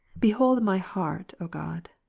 behold my heart, o god,